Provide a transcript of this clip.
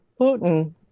Putin